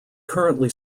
currently